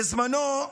בזמנו,